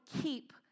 keep